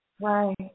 Right